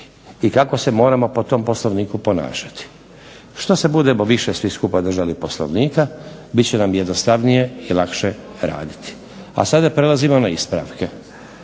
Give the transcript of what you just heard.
i kako se moramo po tom Poslovniku ponašati. Što se budemo više svi skupa držali Poslovnika bit će nam jednostavnije i lakše raditi. A sada prelazimo na ispravke.